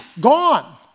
gone